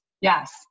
Yes